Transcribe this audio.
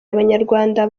abanyarwanda